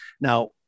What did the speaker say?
Now